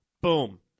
Boom